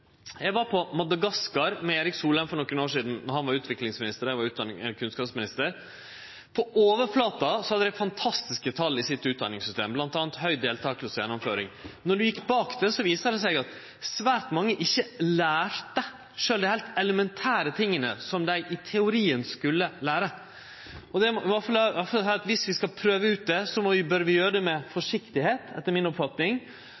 Eg var på Madagaskar med Erik Solheim for nokre år sidan, då han var utviklingsminister og eg var kunnskapsminister. På overflata kunne dei der vise til fantastiske tall i sitt utdanningssystem, bl.a. høg deltaking og gjennomføring, men når ein gjekk bak tala, viste det seg at svært mange ikkje lærte sjølv dei heilt elementære tinga som dei i teorien skulle lære. Så viss vi skal prøve ut dette, må vi, etter mi oppfatning, gjere det med forsiktigheit, og vi bør sørgje for at vi måler det